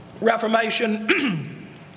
Reformation